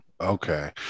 Okay